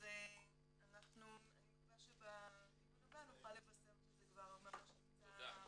אז אני מקווה שבדיון הבא נוכל לבשר שזה ממש נמצא בשטח.